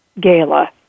gala